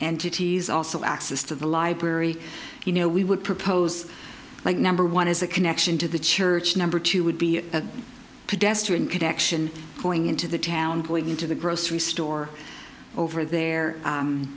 cities also access to the library you know we would propose like number one is a connection to the church number two would be a pedestrian connection going into the town going into the grocery store over there